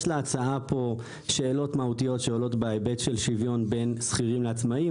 יש להצעה הזו שאלות מהותיות שעולות בהיבט של שוויון בין שכירים לעצמאים,